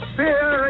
fear